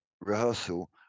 rehearsal